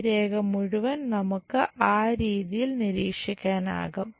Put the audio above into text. ഈ രേഖ മുഴുവൻ നമുക്ക് ആ രീതിയിൽ നിരീക്ഷിക്കാനാകും